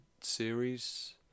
series